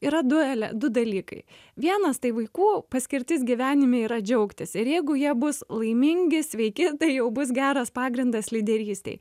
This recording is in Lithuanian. yra du ele du dalykai vienas tai vaikų paskirtis gyvenime yra džiaugtis ir jeigu jie bus laimingi sveiki tai jau bus geras pagrindas lyderystei